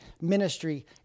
ministry